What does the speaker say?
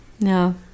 No